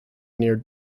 near